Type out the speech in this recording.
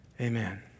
Amen